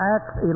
Acts